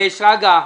שרגא.